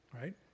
right